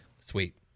Sweet